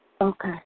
Okay